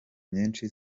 nyinshi